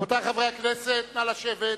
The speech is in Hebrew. רבותי חברי הכנסת, נא לשבת.